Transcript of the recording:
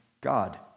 God